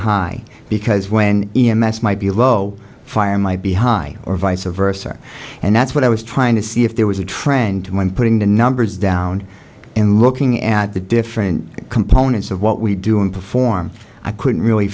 high because when e m s might be low fire might be high or vice versa and that's what i was trying to see if there was a trend when putting the numbers down and looking at the different components of what we do and perform i couldn't really